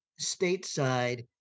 stateside